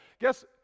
Guess